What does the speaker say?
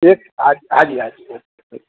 એ હા હાજી હાજી